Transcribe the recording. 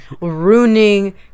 ruining